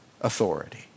authority